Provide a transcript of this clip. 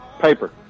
Paper